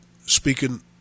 speaking